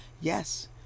Yes